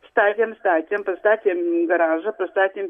statėm statėm pristatėm garažą pristatėm